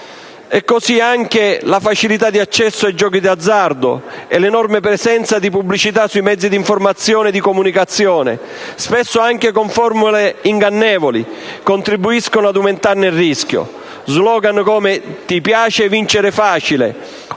Paese. Anche la facilità di accesso ai giochi d'azzardo e l'enorme presenza di pubblicità sui mezzi di informazione e comunicazione, spesso anche con formule ingannevoli, contribuiscono ad aumentare il rischio. *Slogan* come «Ti piace vincere facile»